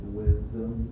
wisdom